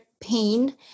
pain